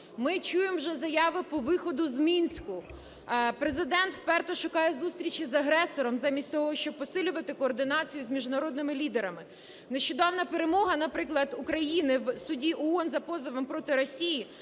Ми чуємо вже заяви по виходу з Мінську. Президент вперто шукає зустрічі з агресором замість того, щоб посилювати координацію з міжнародними лідерами. Нещодавня перемога, наприклад, України в суді ООН за позовом проти Росії